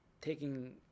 taking